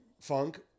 funk